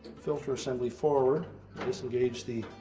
filter assembly forward to disengage the